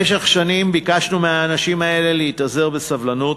במשך שנים ביקשנו מהאנשים האלה להתאזר בסבלנות,